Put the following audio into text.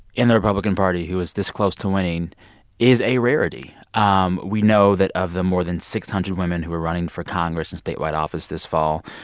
in the republican party who is this close to winning is a rarity. um we know that of the more than six hundred women who are running for congress in statewide office this fall,